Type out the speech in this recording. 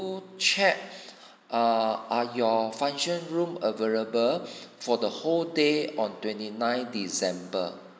check err are your function room available for the whole day on twenty nine december